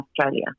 Australia